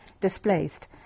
displaced